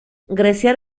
greziar